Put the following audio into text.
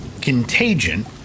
Contagion